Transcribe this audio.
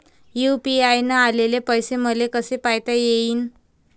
UPI न आलेले पैसे मले कसे पायता येईन?